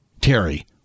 Terry